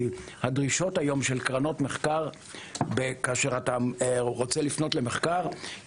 כי הדרישות היום של קרנות מחקר כאשר אתה רוצה לפנות למחקר הן